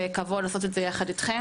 כבוד לעשות את זה אתכם.